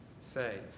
say